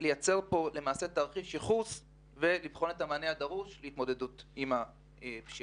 יש לייצר תרחיש ייחוס ולבחון את המענה הדרוש להתמודדות עם הפשיעה.